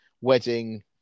wedding